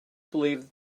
believed